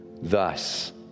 thus